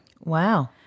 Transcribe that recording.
Wow